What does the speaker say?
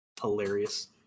Hilarious